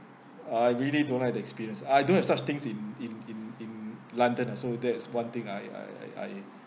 I really don't like the experience I don't have such things in in in in london ah so that is one thing I I I I